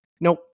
Nope